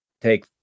take